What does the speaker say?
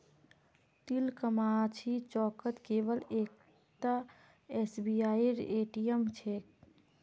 तिलकमाझी चौकत केवल एकता एसबीआईर ए.टी.एम छेक